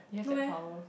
you have that power